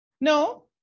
No